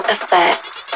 Effects